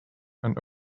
and